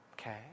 okay